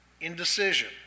indecision